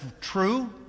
true